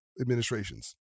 administrations